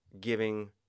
giving